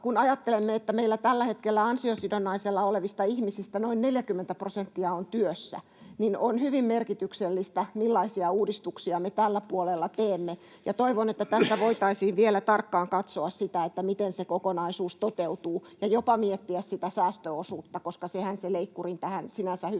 Kun ajattelemme, että meillä tällä hetkellä ansiosidonnaisella olevista ihmisistä noin 40 prosenttia on työssä, niin on hyvin merkityksellistä, millaisia uudistuksia me tällä puolella teemme, ja toivon, että tästä voitaisiin vielä tarkkaan katsoa sitä, miten se kokonaisuus toteutuu, ja jopa miettiä sitä säästöosuutta, koska sehän se leikkurin tähän sinänsä hyvään